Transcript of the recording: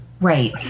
Right